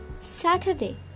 Saturday